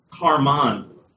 karman